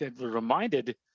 reminded